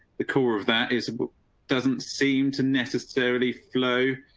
the core of that is doesn't seem to necessarily flow.